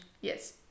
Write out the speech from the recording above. Yes